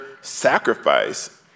sacrifice